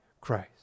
Christ